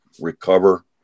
recover